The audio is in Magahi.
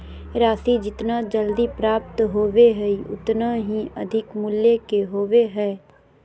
राशि जितना जल्दी प्राप्त होबो हइ उतना ही अधिक मूल्य के होबो हइ